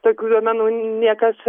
tokių duomenų niekas